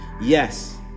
Yes